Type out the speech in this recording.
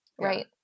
Right